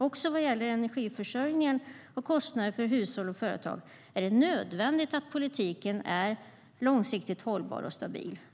Också vad gäller energiförsörjningen och kostnader för hushåll och företag är det nödvändigt att politiken är långsiktigt hållbar och stabil.